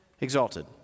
exalted